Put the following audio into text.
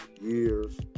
years